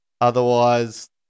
Otherwise